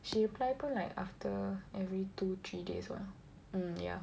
she reply pun like after every two three days lah um ya